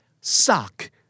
Sock